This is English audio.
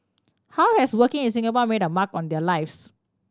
how has working in Singapore made a mark on their lives